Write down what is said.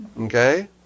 Okay